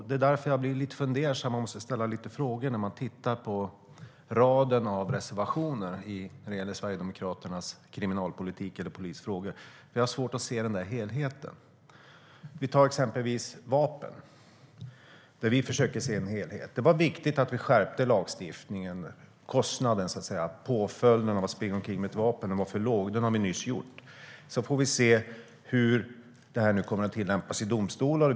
Det är därför jag blir lite fundersam och måste ställa lite frågor när jag tittar på raden av reservationer från Sverigedemokraterna när det gäller kriminalpolitik eller polisfrågor. Jag har svårt att se helheten. Vi kan exempelvis ta vapenfrågorna. Vi försöker se en helhet. Det var viktigt att vi skärpte lagstiftningen. Påföljden för att springa omkring med ett vapen var för låg. Detta har vi nyss gjort. Sedan får vi se hur det kommer att tillämpas i domstolar.